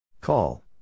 Call